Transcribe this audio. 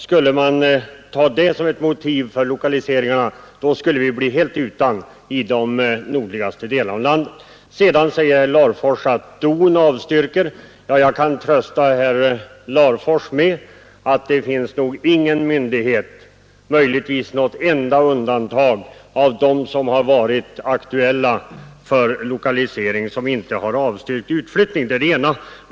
Skulle man ta det som ett motiv för lokaliseringarna, så skulle vi bli helt utan lokaliseringar i de nordligaste delarna av landet. Sedan sade herr Larfors att DON avstyrker. Ja, jag kan trösta herr Larfors med att det nog inte finns någon myndighet — möjligen med något enstaka undantag — av dem som har varit aktuella för lokalisering, som inte har avstyrkt utflyttning.